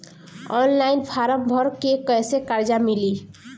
Online form भर के कैसे कर्जा मिली?